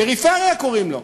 פריפריה קוראים לו.